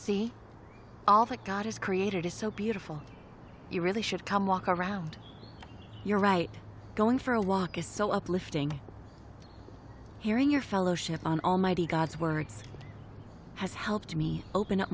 see all that god has created is so beautiful you really should come walk around your right going for a walk is so uplifting hearing your fellowship on almighty god's words has helped me open up